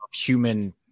human